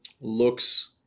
looks